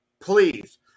please